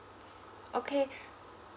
okay